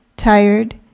tired